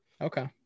okay